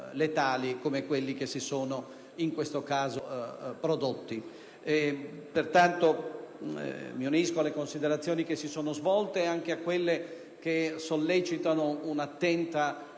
letali come quelli che si sono in questo caso prodotti. Pertanto, mi unisco alle considerazioni che si sono svolte e a quelle che sollecitano un'attenta